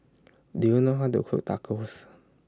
Do YOU know How to Cook Tacos